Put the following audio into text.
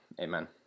amen